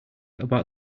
about